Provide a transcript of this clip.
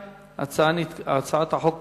ההצעה להעביר את הצעת חוק